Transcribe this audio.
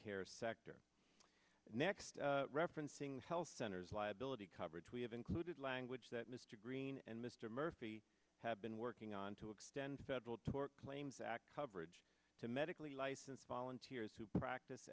care sector next referencing health centers liability coverage we have included language that mr green and mr murphy have been working on to extend federal tort claims act coverage to medically licensed volunteers who practice